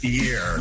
year